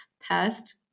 past